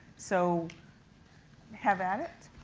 so have at it.